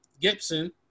Gibson